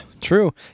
true